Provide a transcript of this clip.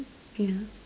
yeah